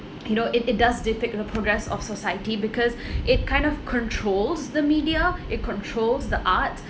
you know it it does depict the progress of society because it kind of controls the media it controls the art